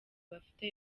bafite